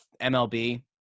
MLB